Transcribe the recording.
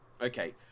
Okay